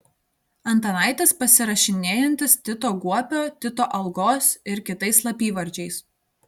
antanaitis pasirašinėjantis tito guopio tito algos ir kitais slapyvardžiais